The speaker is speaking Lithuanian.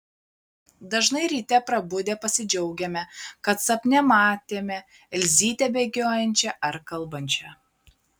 dažnai ryte prabudę pasidžiaugiame kad sapne matėme elzytę bėgiojančią ar kalbančią